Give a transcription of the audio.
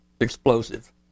explosive